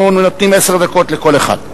אנחנו נותנים עשר דקות לכל אחד.